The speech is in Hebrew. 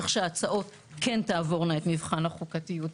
שההצעות כן תעבורנה את מבחן החוקתיות.